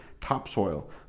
topsoil